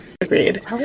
agreed